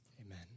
amen